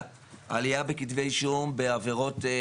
הייתה עלייה בכתבי אישום בעבירות האלימות,